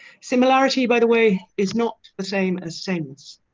similarity by the way, is not the same as sameness.